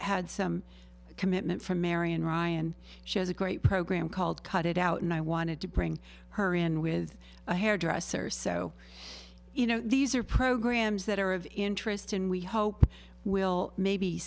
had some commitment from marion ryan she has a great program called cut it out and i wanted to bring her in with a hairdresser so you know these are programs that are of interest and we hope will maybe